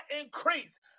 increase